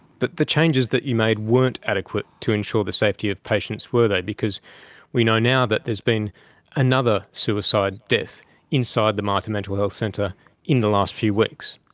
but the changes that you made weren't adequate to ensure the safety of patients, were they, because we know now that there's been another suicide death inside the mater mental health centre in the last few weeks.